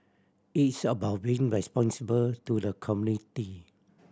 it's about being responsible to the community